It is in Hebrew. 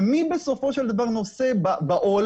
מי בסופו של דבר נושא בעול